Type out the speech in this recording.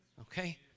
okay